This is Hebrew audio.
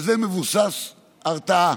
על זה מבוססת הרתעה.